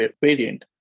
variant